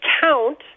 count